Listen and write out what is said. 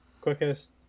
Quickest